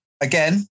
again